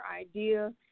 idea